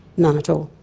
none at all,